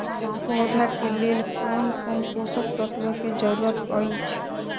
पौधा के लेल कोन कोन पोषक तत्व के जरूरत अइछ?